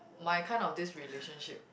my kind of this relationship